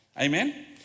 Amen